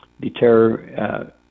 deter